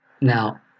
now